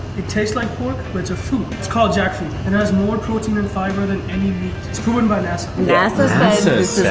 it tastes like pork, but it's a fruit! it's called jackfruit. and it has more protein and fiber than any meat. it's proven by nasa. nasa says